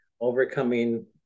overcoming